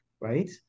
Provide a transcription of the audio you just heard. Right